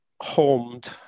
homed